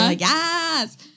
yes